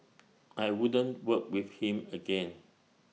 I wouldn't work with him again